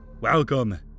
Welcome